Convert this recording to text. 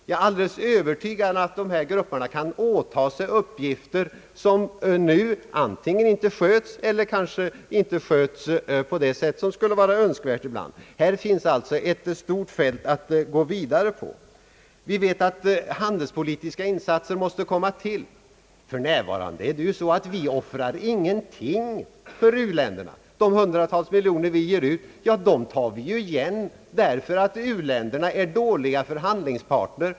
Jag är helt övertygad om att dessa grupper kan åta sig upp gifter som nu antingen inte sköts eller inte sköts på det sätt som skulle vara önskvärt. Här finns alltså ett stort fält att gå vidare på. Vi vet att handelspolitiska insatser måste komma till. För närvarande offrar vi ju ingenting för u-länderna. De hundratals miljoner som vi ger ut tar vi ju igen därför att u-länderna är dåliga förhandlare.